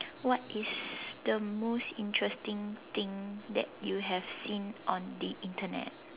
what is the most interesting thing that you have seen on the Internet